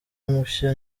mushya